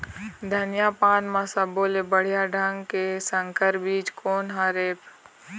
धनिया पान म सब्बो ले बढ़िया ढंग के संकर बीज कोन हर ऐप?